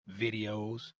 videos